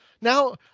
Now